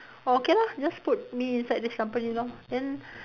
oh okay lah just put me inside this company lor then